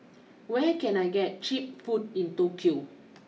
where can I get cheap food in Tokyo